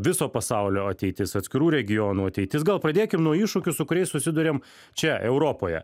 viso pasaulio ateitis atskirų regionų ateitis gal pradėkim nuo iššūkių su kuriais susiduriam čia europoje